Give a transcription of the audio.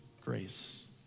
grace